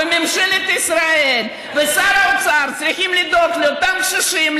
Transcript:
וממשלת ישראל ושר האוצר צריכים לדאוג לאותם קשישים,